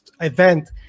event